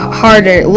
harder